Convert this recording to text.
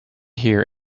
here